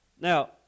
Now